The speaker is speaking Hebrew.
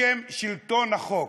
בשם שלטון החוק.